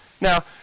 Now